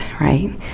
right